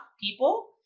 people